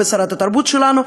ושרת התרבות שלנו,